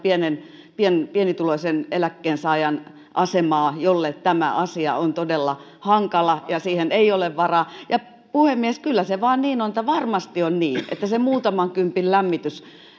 pienituloisen eläkkeensaajan asemaa jolle tämä asia on todella hankala ja siihen ei ole varaa ja puhemies kyllä se vain niin on että varmasti on niin että se muutaman kympin